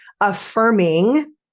affirming